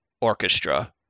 orchestra